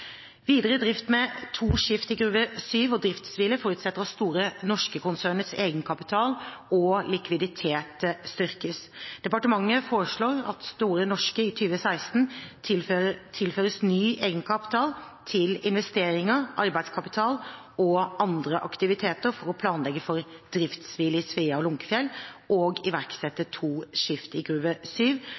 Videre drift med to skift i Gruve 7 og driftshvile forutsetter at Store Norske-konsernets egenkapital og likviditet styrkes. Departementet foreslår at Store Norske i 2016 tilføres ny egenkapital til investeringer, arbeidskapital og andre aktiviteter for å planlegge for driftshvile i Svea og Lunckefjell og iverksette to skift i Gruve